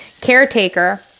caretaker